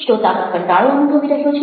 શ્રોતાગણ કંટાળો અનુભવી રહ્યો છે